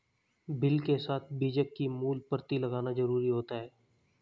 bill के साथ बीजक की मूल प्रति लगाना जरुरी होता है